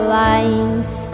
life